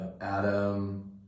Adam